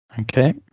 Okay